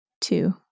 Two